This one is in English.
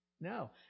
No